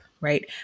right